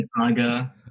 Saga